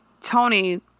Tony